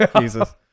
Jesus